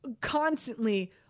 constantly